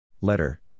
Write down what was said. Letter